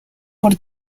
por